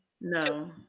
No